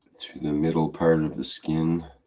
through the middle part of the skin